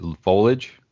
foliage